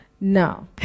Now